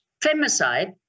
femicide